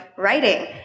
writing